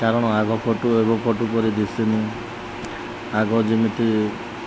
କାରଣ ଆଗ ଫଟୋ ଏବେ ଫଟୋ ପରି ଦିଶୁନି ଆଗ ଯେମିତି